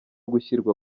gushyirwa